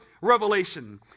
Revelation